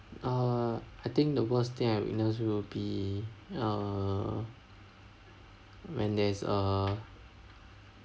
err I think the worst thing I've witness will be err when there's a